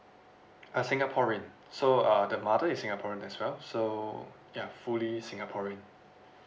uh singaporean so uh the mother is singaporean as well so ya fully singaporean